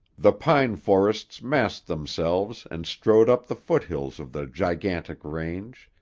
the pine forests massed themselves and strode up the foothills of the gigantic range,